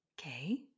okay